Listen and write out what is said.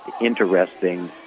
interesting